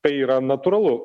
tai yra natūralu